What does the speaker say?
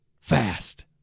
fast